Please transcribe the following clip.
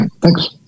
Thanks